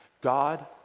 God